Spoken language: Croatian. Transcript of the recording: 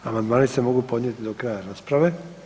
Amandmani se mogu podnijeti do kraja rasprave.